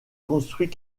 construit